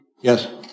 Yes